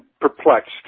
perplexed